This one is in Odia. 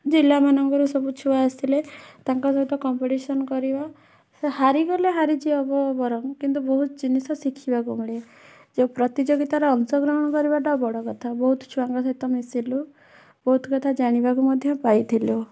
ଜିଲ୍ଲାମାନଙ୍କରୁ ସବୁ ଛୁଆ ଆସିଲେ ତାଙ୍କ ସହିତ କମ୍ପିଟିସନ୍ କରିବା ହାରିଗଲେ ହାରିଯିବ ବରଂ କିନ୍ତୁ ବହୁତ ଜିନିଷ ଶିଖିବାକୁ ମିଳେ ଯେଉଁ ପ୍ରତିଯୋଗିତାର ଅଂଶଗ୍ରହଣ କରିବାଟା ବଡ଼ କଥା ବହୁତ ଛୁଆଙ୍କ ସହିତ ମିଶିଲୁ ବହୁତ କଥା ଜାଣିବାକୁ ମଧ୍ୟ ପାଇଥିଲୁ